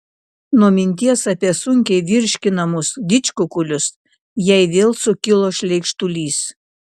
nuo minties apie sunkiai virškinamus didžkukulius jai vėl sukilo šleikštulys